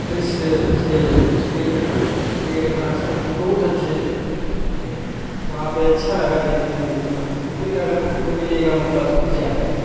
दृश्य थे इस पेड़ पेड़ वनस्पति बहुत अच्छे थे वहाँ पर अच्छा लगा देखने को घूमकर फ़िर भी अगर को मिलेगा मौका तो फ़िर जाया जाएगा